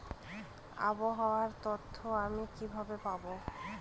আবহাওয়ার তথ্য আমি কিভাবে পাবো?